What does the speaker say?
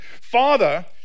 Father